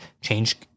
Change